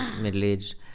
middle-aged